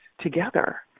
together